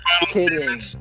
Kidding